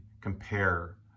compare